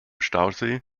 stausee